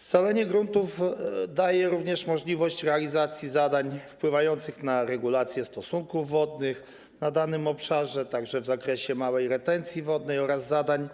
Scalenie gruntów daje również możliwość realizacji zadań wpływających na regulację stosunków wodnych na danym obszarze, także w zakresie małej retencji wodnej, oraz zadań